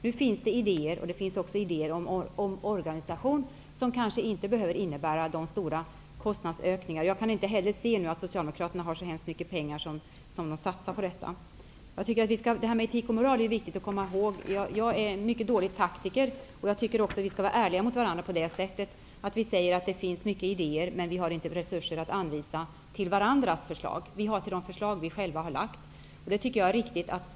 Nu finns det idéer, bl.a. om omorganisation, som kanske inte behöver innebära stora kostnadsökningar. Jag kan inte heller se att Socialdemokraterna har så mycket pengar som de vill satsa på detta. Det här med etik och moral är ju viktigt att komma ihåg. Jag är en mycket dålig taktiker, och jag tycker att vi skall vara ärliga mot varandra på det sättet att vi säger att det finns mycket idéer men att vi inte har resurser att anvisa till varandras förslag; vi har bara resurser till de förslag vi själva har ställt.